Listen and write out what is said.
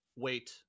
wait